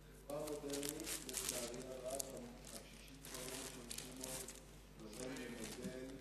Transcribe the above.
אך בחברה המודרנית לצערי הרב הקשישים לא משמשים עוד גורם ממתן,